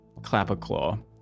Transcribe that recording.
Clapperclaw